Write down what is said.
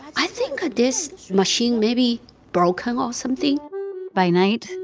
i think this machine may be broken or something by night,